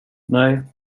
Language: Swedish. nej